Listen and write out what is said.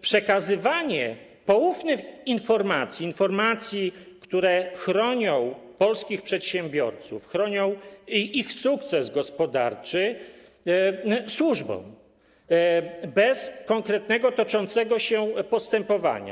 przekazywanie poufnych informacji - informacji, które chronią polskich przedsiębiorców, chronią ich sukces gospodarczy - służbom bez konkretnego, toczącego się postępowania.